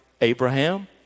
Abraham